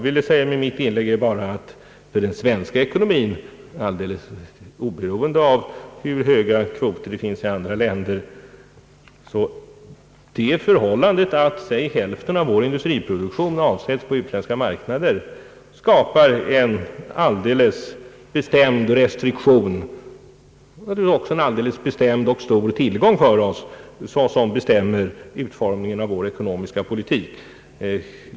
Med mitt inlägg ville jag bara säga att alldeles oberoende av hur höga kvoter andra länder har skapar det förhållandet att låt mig säga hälften av vår industriproduktion avsättes på utländska marknader en viss restriktion när det gäller utformningen av vår ekonomiska politik.